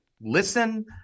listen